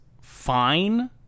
fine